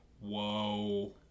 whoa